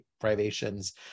privations